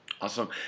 awesome